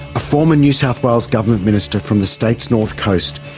a former new south wales government minister from the state's north coast,